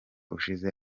ushize